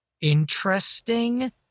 interesting